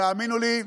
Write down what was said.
האמינו לי,